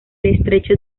estrecho